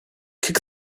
kick